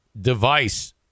device